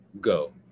Go